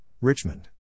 Richmond